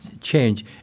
change